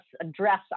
address